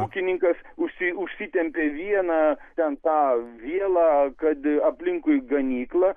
ūkininkas užsi užsitempė vieną ten tą vielą kad aplinkui ganyklą